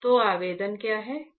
तो आवेदन क्या है